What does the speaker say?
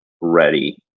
ready